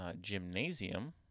gymnasium